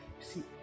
see